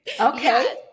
Okay